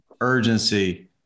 urgency